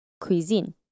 Cuisine